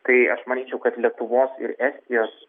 kai aš manyčiau kad lietuvos ir estijos